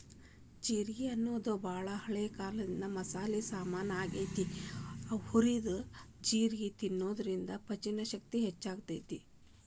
ಜೇರ್ಗಿ ಅನ್ನೋದು ಬಾಳ ಹಳೆ ಮಸಾಲಿ ಸಾಮಾನ್ ಆಗೇತಿ, ಹುರಿದ ಜೇರ್ಗಿ ತಿನ್ನೋದ್ರಿಂದ ಪಚನಶಕ್ತಿ ಹೆಚ್ಚಾಗ್ತೇತಿ